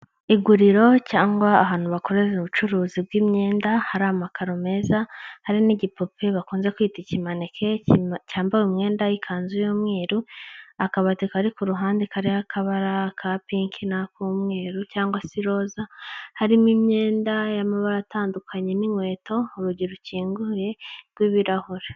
Iguriro cyangwa ahantu bakorera ubucuruzi bw'imyenda hari amakaro meza, hari n'igipupe bakunze kwita ikimanike cyambaye umwenda y'ikanzu y'umweru, akabati kari ku ruhande kariho akabara ka pinki n'ak'umweru cyangwa se iroza, harimo imyenda y'amabara atandukanye n'inkweto, urugi rukinguye rw'ibirahure.